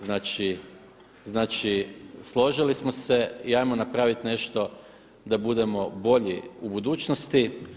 Znači složili smo se i ajmo napraviti nešto da budemo bolji u budućnosti.